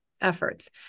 efforts